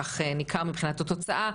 כך ניכר מבחינת התוצאה,